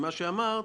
לוותר.